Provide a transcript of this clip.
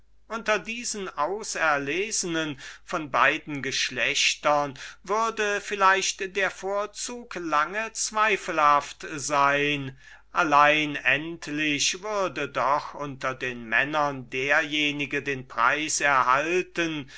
unter diesen auserlesnen von beiden geschlechtern würde vielleicht der vorzug lange zweifelhaft sein allein endlich würde doch unter den männern derjenige den preis erhalten